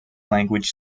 language